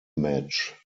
match